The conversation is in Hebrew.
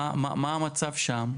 מה המצב שם?